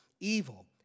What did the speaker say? Evil